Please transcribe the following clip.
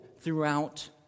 throughout